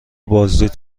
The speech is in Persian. بازدید